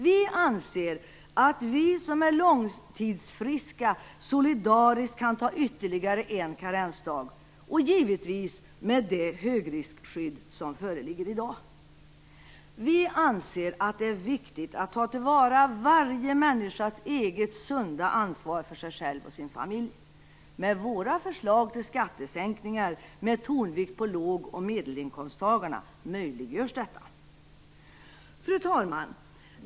Vi anser att vi som är långtidsfriska solidariskt kan ta ytterligare en karensdag, givetvis med det högriskskydd som föreligger i dag. Vi anser att det är viktigt att ta till vara varje människas eget sunda ansvar för sig själv och sin familj. Med våra förslag till skattesänkningar med tonvikt på låg och medelinkomsttagarna möjliggörs detta. Fru talman!